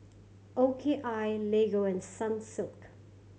O K I Lego and Sunsilk